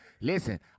listen